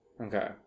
Okay